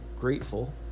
grateful